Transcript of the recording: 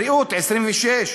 בריאות, 26,